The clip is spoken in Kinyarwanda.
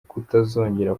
kutazongera